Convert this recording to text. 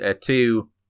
two